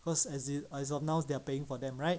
cause as in as of now they are paying for them right